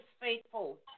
faithful